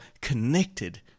connected